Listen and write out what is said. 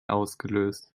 ausgelöst